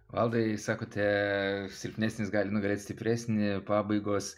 valdai sakote silpnesnis gali nugalėt stipresnį pabaigos